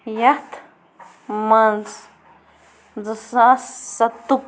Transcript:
یَتھ منٛز زٕ ساس سَتُک